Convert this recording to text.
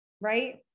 Right